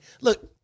look